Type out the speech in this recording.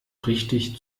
richtig